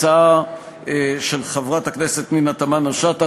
הצעה של חברת הכנסת פנינה תמנו-שטה,